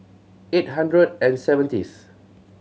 eight hundred and seventyth